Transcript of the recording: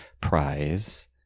prize